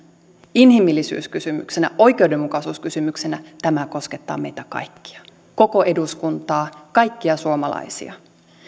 inhimillisyyskysymyksenä oikeudenmukaisuuskysymyksenä tämä koskettaa meitä kaikkia koko eduskuntaa kaikkia suomalaisia